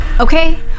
Okay